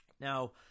Now